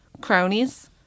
cronies